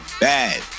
bad